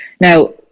now